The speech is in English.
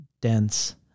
dense